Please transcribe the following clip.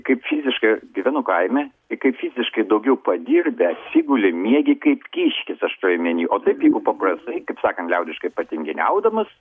kaip fiziškai gyvenu kaime tai kai fiziškai daugiau padirbęs atsiguli miegi kaip kiškis aš turiu omeny o taip jeigu paprastai kaip sakant liaudiškai patinginiaudamas